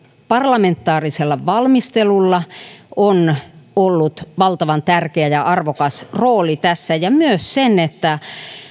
parlamentaarisella valmistelulla on ollut valtavan tärkeä ja ja arvokas rooli tässä ja myös sen että